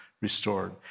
restored